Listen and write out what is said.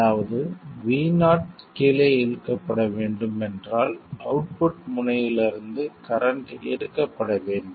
அதாவது vo கீழே இழுக்கப்பட வேண்டும் என்றால் அவுட்புட் முனையிலிருந்து கரண்ட் எடுக்கப்பட வேண்டும்